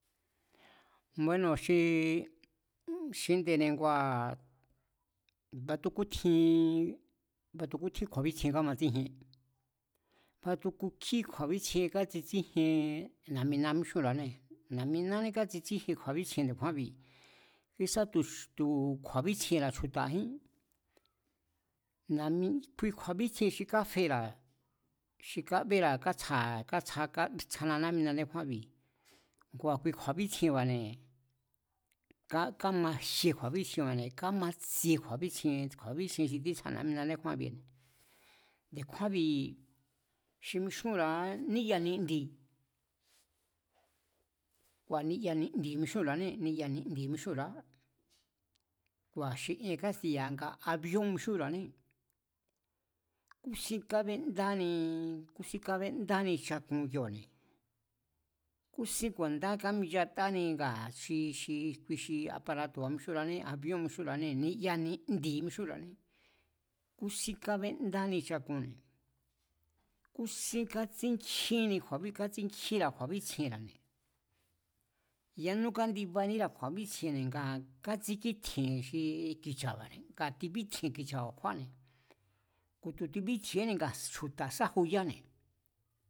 Bueno̱ xii, xinde̱ne̱ ngua̱ matu kútjiin, matukútjín kju̱a̱bítsjien kamatsíjien, matu jkukjí kju̱a̱bítsjien kátsitsíjien na̱'mina míxúnra̱ané, na̱'minání kátsitsíjien kju̱a̱bítsjien nde̱kjúánbi̱, kísa tu̱ kju̱a̱bítsjienra̱ chju̱ta̱jín, na̱'mi, kui kju̱a̱bítsjien xi káfera̱ xi kábera̱ katsjara̱, a̱ katsja a̱ katsjana̱ na̱'mina ndékjúánbi̱, kua̱ ki kju̱a̱bítsjienba̱ne̱, kámajie kju̱a̱bítsjinba̱ne̱ kamatsie kju̱a̱bítsjien kju̱a̱bítsjien xi títsjana ná'mina ndékjúanbi̱ne̱. Nde̱kjúánbi̱ xi mixúnra̱a ní'ya ni̱ndi̱, kua̱ ni'ya ni̱ndi̱ mixúnra̱anée̱, niya ni̱ndi̱ mixúnra̱á. Kua̱ xi ien kástiya̱ avíón mixúnra̱ané, kúsín kábendáni, kúsín kábéndáni chakun kioo̱ne̱, kúsín ku̱a̱ndá káminchatáni ngua̱ xi. xi, aparato̱ba̱ mixúnra̱ane, avíón mixúnra̱anée̱, ni'ya ni̱ndi̱ mixúnra̱anee̱, kúsín kábéndáni chakunne̱, kísín kátsíkjíni kju̱a̱bítsj, kátsíkjínra̱ kju̱a̱bítsjienra̱, yánú kándibaníra̱ kju̱a̱bítsjienne̱ ngaa̱ a̱ katsíkítji̱e̱n xi ki̱cha̱ba̱ne̱ ngaa̱ tibítji̱e̱n ki̱cha̱ba̱ kjúáne̱, ku̱ tu̱ tibítji̱e̱njínne̱ nga chju̱ta̱ sájuyáne̱